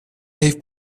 heeft